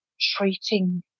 treating